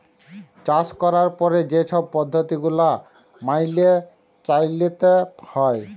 চাষ ক্যরার পরে যে ছব পদ্ধতি গুলা ম্যাইলে চ্যইলতে হ্যয়